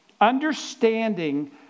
Understanding